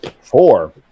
Four